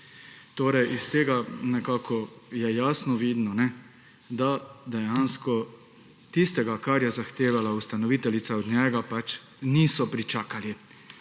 torej iz tega nekako je jasno vidno, da dejansko tistega, kar je zahtevala ustanoviteljica od njega pač niso pričakali.